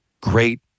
great